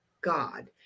God